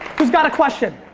who's got a question?